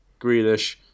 Grealish